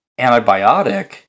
antibiotic